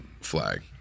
flag